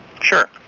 Sure